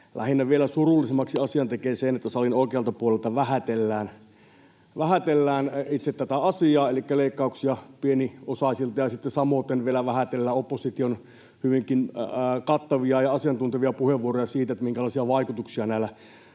lähinnä vielä surullisemmaksi asian tekee se, että salin oikealta puolelta vähätellään itse tätä asiaa elikkä leikkauksia pieniosaisilta, ja sitten samoiten vielä vähätellään opposition hyvinkin kattavia ja asiantuntevia puheenvuoroja siitä, minkälaisia vaikutuksia näillä toimilla